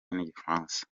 n’igifaransa